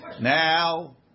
Now